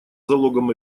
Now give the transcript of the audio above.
залогом